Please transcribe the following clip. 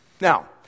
Now